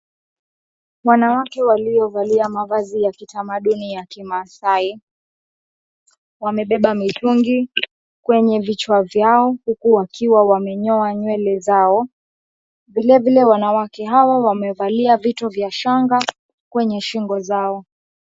Wanawake waliovalia mavazi ya kitamaduni ya kimaasai, wamebeba mitungi kwenye vichwa vyao huku wamenyoa nywele zao, vilevile wanawake hawa wamevalia vitu vya ahanga kwenye shingo zao.